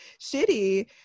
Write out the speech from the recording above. shitty